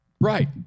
right